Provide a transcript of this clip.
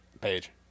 Page